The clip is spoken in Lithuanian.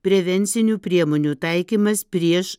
prevencinių priemonių taikymas prieš